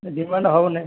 demand ହଉନି